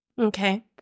Okay